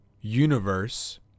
universe